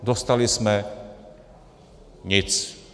Dostali jsme nic.